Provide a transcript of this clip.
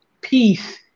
peace